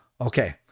Okay